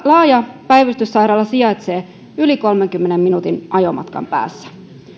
laaja päivystyssairaala sijaitsee yli kolmenkymmenen minuutin ajomatkan päässä